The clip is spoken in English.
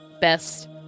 best